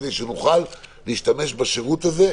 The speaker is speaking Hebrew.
כדי שנוכל להשתמש בשירות הזה,